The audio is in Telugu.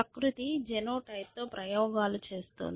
ప్రకృతి జెనోటైప్ తో ప్రయోగాలు చేస్తోంది